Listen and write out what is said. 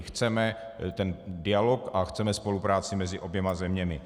Chceme dialog a chceme spolupráci mezi oběma zeměmi.